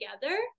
together